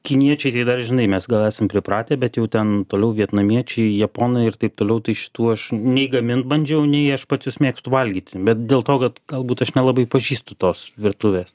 kiniečiai tai dar žinai mes gal esam pripratę bet jau ten toliau vietnamiečiai japonai ir taip toliau tai šitų aš nei gamint bandžiau nei aš pats juos mėgstu valgyti bet dėl to kad galbūt aš nelabai pažįstu tos virtuvės